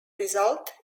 result